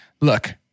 Look